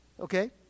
Okay